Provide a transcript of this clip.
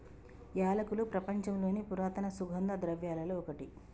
యాలకులు ప్రపంచంలోని పురాతన సుగంధ ద్రవ్యలలో ఒకటి